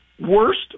worst